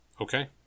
okay